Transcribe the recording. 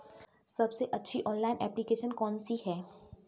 सबसे अच्छी online application कौन सी है?